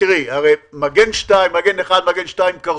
מגן 1 ומגן 2 קרסו.